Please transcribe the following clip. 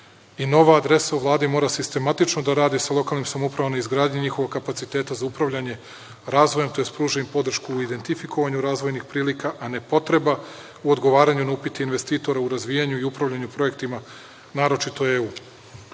i nova adresa u Vladi mora da se sistematično da radi sa lokalnim samoupravama na izgradnji njihovog kapaciteta za upravljanje razvojom, tj. pruža im podršku u identifikovanju razvojnih prilika, a ne potreba u odgovaranju na upiti investitora u razvijanju i upravljanju projektima, naročito u